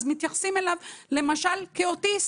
אז מתייחסים אליו למשל כאוטיסט.